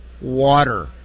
water